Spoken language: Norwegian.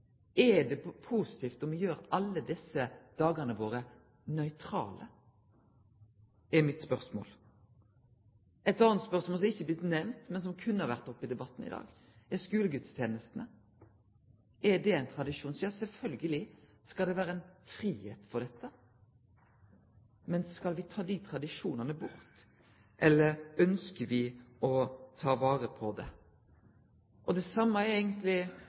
Er det positivt om me gjer alle desse dagane våre nøytrale, er mitt spørsmål. Eit anna spørsmål som ikkje har blitt nemnt, men som kunne ha vore oppe i debatten i dag, er skulegudstenestene. Er det ein tradisjon? Ja. Sjølvsagt skal det vere ein fridom for dette, men skal me ta dei tradisjonane bort, eller ønskjer me å ta vare på dei? Det same er det eigentleg Laila Gustavsen spør om: Kva er